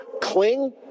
cling